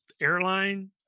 airline